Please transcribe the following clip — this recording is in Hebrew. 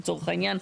לצורך העניין,